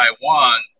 Taiwan